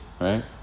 right